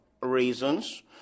reasons